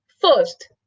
First